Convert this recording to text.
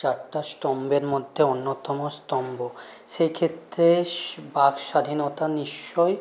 চারটে স্তম্ভের মধ্যে অন্যতম স্তম্ভ সে ক্ষেত্রে বাক স্বাধীনতা নিশ্চয়ই